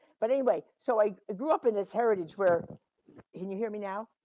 but anyway, so i grew up in this heritage where, can you hear me now?